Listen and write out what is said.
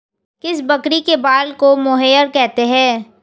किस बकरी के बाल को मोहेयर कहते हैं?